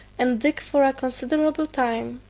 and dig for a considerable time,